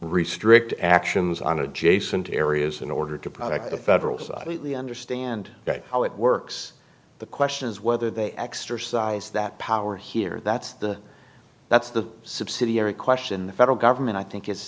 restrict actions on adjacent areas in order to protect the federal side we understand how it works the question is whether they exercise that power here that's the that's the subsidiary question the federal government i think i